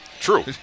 true